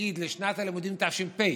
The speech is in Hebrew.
נגיד לשנת הלימודים תש"ף,